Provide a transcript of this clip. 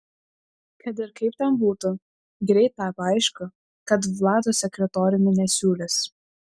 kad ir kaip ten būtų greit tapo aišku kad vlado sekretoriumi nesiūlys